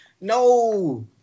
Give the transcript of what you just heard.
No